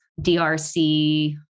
DRC